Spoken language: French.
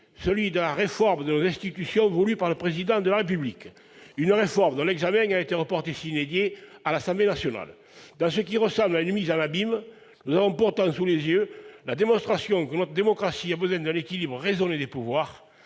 celui de la réforme de nos institutions voulue par le Président de la République. Une réforme dont l'examen a été reporté à l'Assemblée nationale. Dans ce qui ressemble à une mise en abîme, nous avons pourtant sous les yeux la démonstration que notre démocratie a besoin d'un équilibre raisonné des pouvoirs,